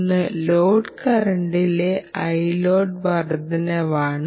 ഒന്ന് ലോഡ് കറന്റിലെ വർദ്ധനവാണ്